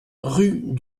rue